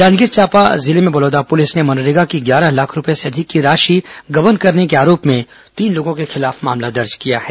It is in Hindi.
जांजगीर चांपा जिले में बलौदा पुलिस ने मनरेगा की ग्यारह लाख रूपये से अधिक की राशि गबन करने के आरोप में तीन लोगों के खिलाफ मामला दर्ज किया है